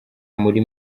muri